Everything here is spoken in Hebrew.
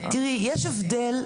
תראי יש הבדל,